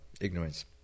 Ignorance